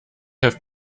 have